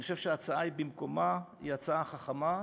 אני חושב שההצעה היא במקומה, היא הצעה חכמה.